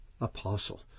apostle